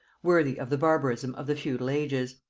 worthy of the barbarism of the feudal ages.